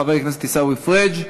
חבר הכנסת עיסאווי פריג'.